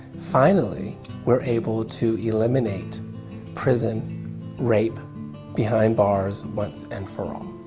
finally we're able to eliminate prison rape behind bars once and for all.